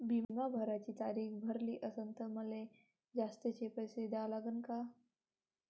बिमा भराची तारीख भरली असनं त मले जास्तचे पैसे द्या लागन का?